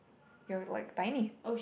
you are like tiny